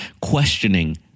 questioning